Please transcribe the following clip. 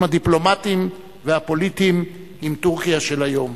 הדיפלומטיים והפוליטיים עם טורקיה של היום.